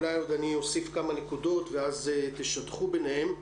אולי אני עוד אוסיף כמה נקודות ואז תשדכו ביניהן.